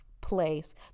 place